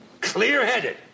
clear-headed